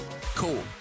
Cool